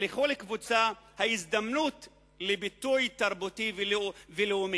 ולכל קבוצה יש ההזדמנות לביטוי תרבותי ולאומי.